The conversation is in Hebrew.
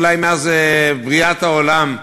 אולי מאז בריאת העולם,